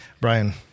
Brian